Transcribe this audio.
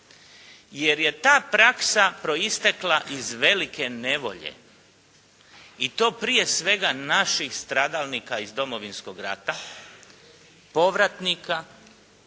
jer je ta praksa proistekla iz velike nevolje i to prije svega naših stradalnika iz Domovinskog rata, povratnika,